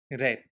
Right